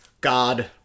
God